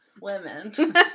women